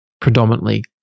predominantly